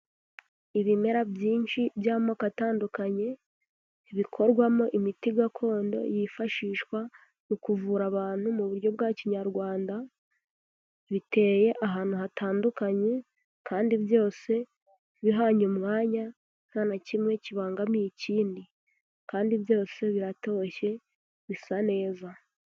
Ibimera byinshi by'amoko atandukanye bikorwamo imiti gakondo yifashishwa mu kuvura abantu mu buryo bwa kinyarwanda biteye ahantu hatandukanye kandi byose bihanye umwanya nta na kimwe kibangamiye ikindi kandi byose biratoshye bisa neza.